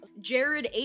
Jared